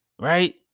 right